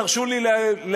תרשו לי להניח,